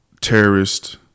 terrorist